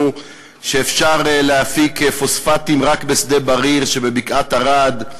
שאפשר להפיק פוספטים רק בשדה-בריר שבבקעת-ערד,